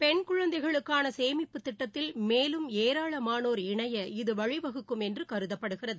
பெண் குழந்தைகளுக்கான சேமிப்பு திட்டத்தில் மேலும் ஏராளமானோர் இணைய இது வழிவகுக்கும் என்று கருதப்படுகிறது